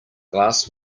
glass